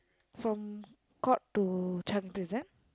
from court to Changi-Prison